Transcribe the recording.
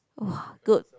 [wah] good